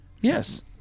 yes